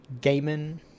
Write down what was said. gaming